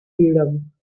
freedom